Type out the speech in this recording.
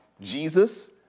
Jesus